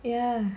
ya